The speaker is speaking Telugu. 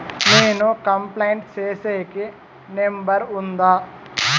నేను కంప్లైంట్ సేసేకి నెంబర్ ఉందా?